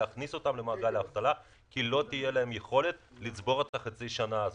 להכניס אותם למעגל האבטלה כי לא תהיה להם יכולת לצבור את חצי השנה הזאת.